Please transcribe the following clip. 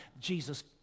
Jesus